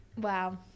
Wow